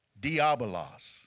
diabolos